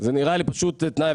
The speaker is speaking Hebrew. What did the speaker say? זה נראה לי פשוט תנאי,